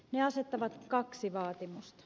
ne asettavat kaksi vaatimusta